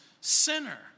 sinner